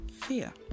fear